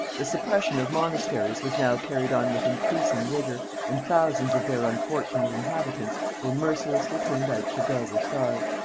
the suppression of monasteries was now carried on with increasing rigor, and thousands of their unfortunate inhabitants were mercilessly turned out to beg or starve.